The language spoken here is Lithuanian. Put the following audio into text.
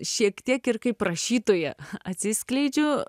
šiek tiek ir kaip rašytoja atsiskleidžiu